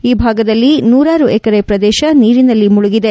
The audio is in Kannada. ಈ ಭಾಗದಲ್ಲಿ ನೂರಾರು ಎಕರೆ ಪ್ರದೇಶ ನೀರಿನಲ್ಲಿ ಮುಳುಗಿದೆ